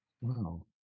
wow